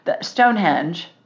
Stonehenge